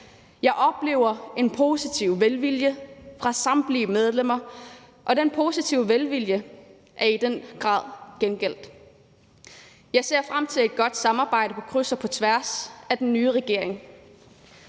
Jeg oplever en positiv velvilje fra samtlige medlemmer, og den positive velvilje er i den grad gengældt. Jeg ser frem til et godt samarbejde på kryds og tværs af den nye regering.